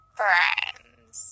friends